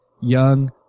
young